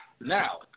Now